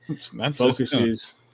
focuses –